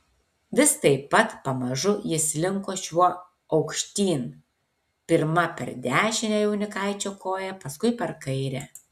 vis taip pat pamažu jis slinko šiuo aukštyn pirma per dešinę jaunikaičio koją paskui per kairę